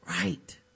Right